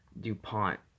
DuPont